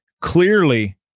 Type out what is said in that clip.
Clearly